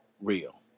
real